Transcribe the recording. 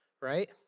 Right